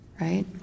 right